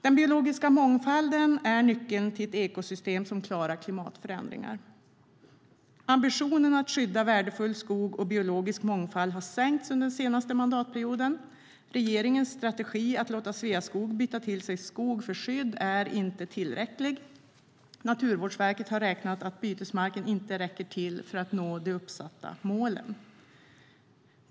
Den biologiska mångfalden är nyckeln till ett ekosystem som klarar klimatförändringar. Ambitionen att skydda värdefull skog och biologisk mångfald har sänkts under den senaste mandatperioden. Regeringens strategi att låta Sveaskog byta till sig skog för skydd är inte tillräcklig. Naturvårdsverket har räknat ut att bytesmarken inte räcker till för att nå de uppsatta målen.